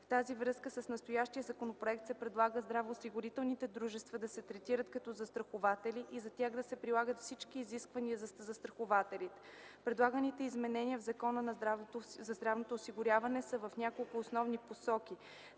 В тази връзка с настоящия законопроект се предлага здравноосигурителните дружества да се третират като застрахователи и за тях да се прилагат всички изисквания за застрахователите. Предлаганите изменения в Закона за здравното осигуряване са в няколко основни посоки,